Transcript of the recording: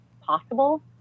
possible